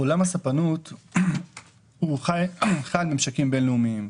עולם הספנות חי מממשקים בין-לאומיים.